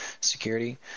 Security